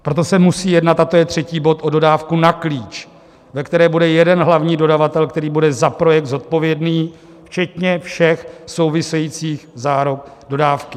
Proto se musí jednat, a to je třetí bod, o dodávku na klíč, ve které bude jeden hlavní dodavatel, který bude za projekt zodpovědný včetně všech souvisejících záruk dodávky.